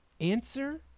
answer